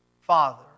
Father